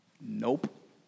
Nope